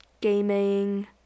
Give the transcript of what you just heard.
Gaming